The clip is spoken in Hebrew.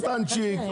קטנצ'יק,